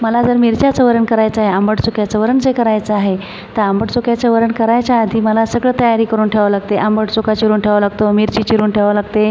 मला जर मिरच्याचं वरण करायचंय आंबट चुक्याचं वरण जे करायचं आहे तर आंबट चुक्याचं वरण करायच्या आधी मला सगळं तयारी करून ठेवावं लागते आंबट चुका चिरून ठेवावा लागतो मिरची चिरून ठेवावं लागते